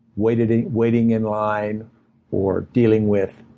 waiting waiting in line or dealing with